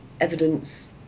evidence